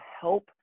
help